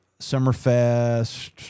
Summerfest